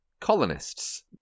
colonists